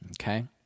Okay